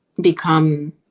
become